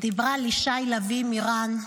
דיברה לישי לביא-מירן,